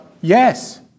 Yes